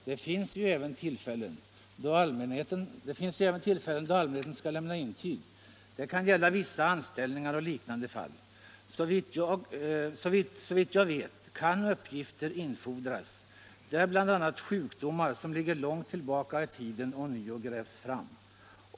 Det finns även tillfällen då allmänheten skall lämna intyg — det kan gälla vissa anställningar och liknande fall. Såvitt jag vet kan uppgifter infordras, där bl.a. sjukdomar som ligger långt tillbaka i tiden ånyo grävs fram.